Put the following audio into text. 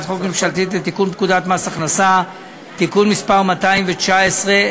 החוק הממשלתית לתיקון פקודת מס הכנסה (מס' 219),